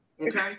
okay